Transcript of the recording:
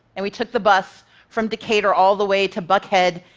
and we took the bus from decatur all the way to buckhead,